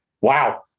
wow